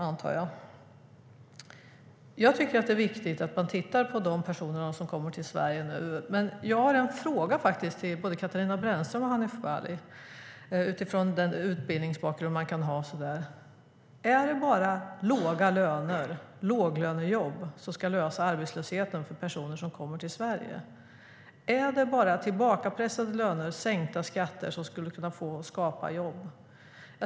Det är viktigt att man tittar på de personer som kommer till Sverige. Men jag har en fråga till både Katarina Brännström och Hanif Bali utifrån personers utbildningsbakgrund: Är det bara låglönejobb som ska lösa arbetslösheten för personer som kommer till Sverige? Är det bara tillbakapressade löner och sänkta skatter som skapar jobb?